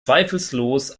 zweifellos